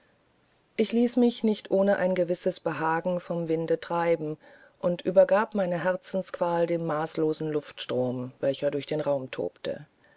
ich ließ mich nicht ohne ein gewisses behagen vom winde treiben und übergab meine herzensqual dem maßlosen luftstrom welcher durch den raum tobte